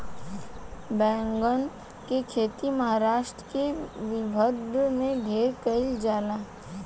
बैगन के खेती महाराष्ट्र के विदर्भ में ढेरे कईल जाला